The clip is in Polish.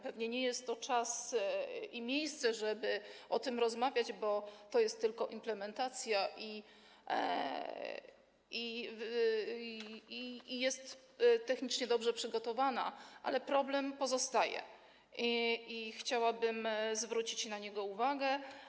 Pewnie nie jest to czas ani miejsce, żeby o tym rozmawiać, bo to jest tylko implementacja, technicznie dobrze przygotowana, ale problem pozostaje i chciałabym zwrócić na te sprawy uwagę.